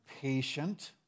patient